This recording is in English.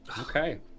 Okay